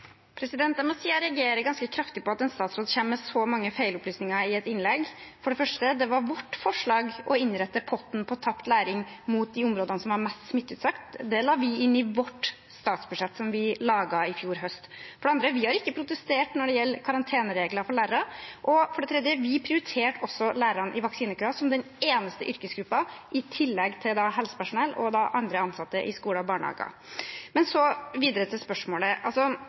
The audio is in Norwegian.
Jeg må si jeg reagerer ganske kraftig på at en statsråd kommer med så mange feilopplysninger i et innlegg. For det første: Det var vårt forslag å innrette potten på tapt læring mot de områdene som var mest smitteutsatt. Det la vi inn i vårt statsbudsjett som vi laget i fjor høst. For det andre: Vi har ikke protestert når det gjelder karanteneregler for lærere. Og for det tredje: Vi prioriterte også lærerne i vaksinekøen, som den eneste yrkesgruppen i tillegg til helsepersonell og andre ansatte i skoler og barnehager. Videre til spørsmålet: